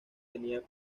tenía